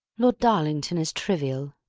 lord darlington is trivial.